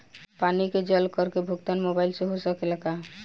पानी के जल कर के भुगतान मोबाइल से हो सकेला का?